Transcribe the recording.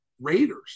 Raiders